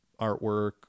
artwork